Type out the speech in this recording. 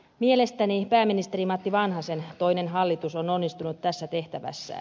mielestäni pääministeri matti vanhasen toinen hallitus on onnistunut tässä tehtävässään